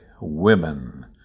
women